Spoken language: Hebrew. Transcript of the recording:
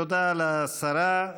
תודה לשרה.